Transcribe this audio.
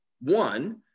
One